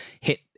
hit